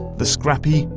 the scrappy,